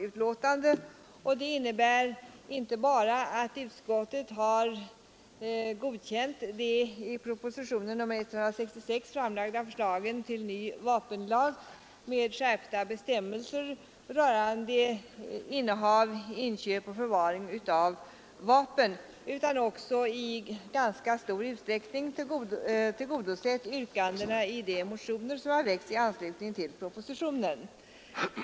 Utskottet har inte bara godkänt de i propositionen 166 framlagda förslagen till ny vapenlag med skärpta bestämmelser rörande innehav, inköp och förvaring av vapen utan också i ganska stor utsträckning tillgodosett yrkandena i de motioner som väckts i anslutning till propositionen.